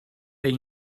they